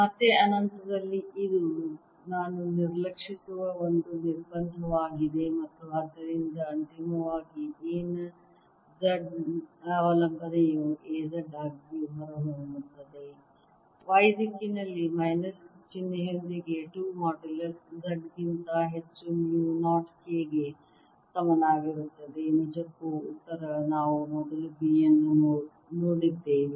ಮತ್ತೆ ಅನಂತದಲ್ಲಿ ಇದು ನಾನು ನಿರ್ಲಕ್ಷಿಸುವ ಒಂದು ನಿರ್ಬಂಧವಾಗಿದೆ ಮತ್ತು ಆದ್ದರಿಂದ ಅಂತಿಮವಾಗಿ A ನ Z ಅವಲಂಬನೆಯು A z ಆಗಿ ಹೊರಹೊಮ್ಮುತ್ತದೆ Y ದಿಕ್ಕಿನಲ್ಲಿ ಮೈನಸ್ ಚಿಹ್ನೆಯೊಂದಿಗೆ 2 ಮಾಡ್ಯುಲಸ್ Z ಗಿಂತ ಹೆಚ್ಚು ಮ್ಯೂ 0 K ಗೆ ಸಮನಾಗಿರುತ್ತದೆ ನಿಜಕ್ಕೂ ಉತ್ತರ ನಾವು ಮೊದಲು B ಯನ್ನು ನೋಡಿದ್ದೇವೆ